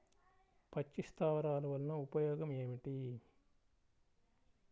పక్షి స్థావరాలు వలన ఉపయోగం ఏమిటి?